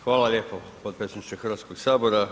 Hvala lijepo potpredsjedniče Hrvatskog sabora.